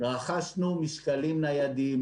רכשו משקלים ניידים,